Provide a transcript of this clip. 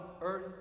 earth